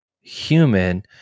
human